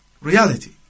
reality